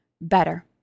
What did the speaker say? better